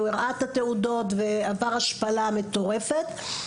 והוא הראה את התעודות ועבר השפלה מטורפת.